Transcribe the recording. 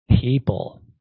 people